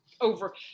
over